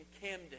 Camden